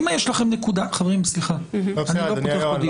חברים, אני לא פותח את הדיון,